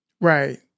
right